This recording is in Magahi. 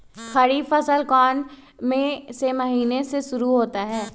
खरीफ फसल कौन में से महीने से शुरू होता है?